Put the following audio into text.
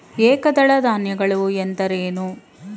ಏಕದಳ ಧಾನ್ಯಗಳು ಎಂದರೇನು?